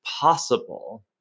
possible